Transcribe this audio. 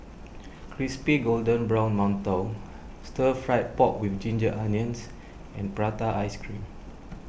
Crispy Golden Brown Mantou Stir Fried Pork with Ginger Onions and Prata Ice Cream